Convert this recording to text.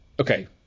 Okay